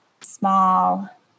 small